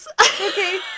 okay